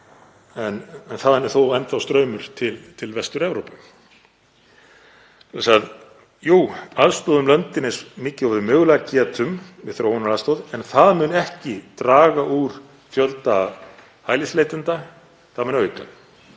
Þaðan er þó enn þá straumur til Vestur-Evrópu. Jú, aðstoðum löndin eins mikið og við mögulega getum með þróunaraðstoð en það mun ekki draga úr fjölda hælisleitenda, það mun auka